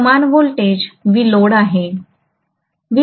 समान voltage VLoad आहे